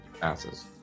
passes